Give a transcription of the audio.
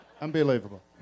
Unbelievable